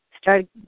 start